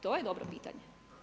To je dobro pitanje.